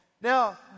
Now